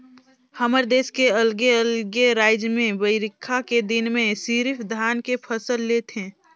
हमर देस के अलगे अलगे रायज में बईरखा के दिन में सिरिफ धान के फसल ले थें